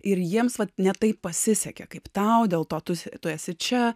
ir jiems ne taip pasisekė kaip tau dėl to tu esi tu esi čia